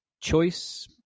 choice